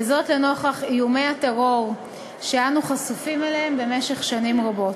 וזאת לנוכח איומי הטרור שאנו חשופים אליהם במשך שנים רבות.